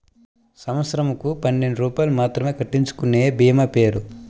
సంవత్సరంకు పన్నెండు రూపాయలు మాత్రమే కట్టించుకొనే భీమా పేరు?